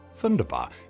Thunderbar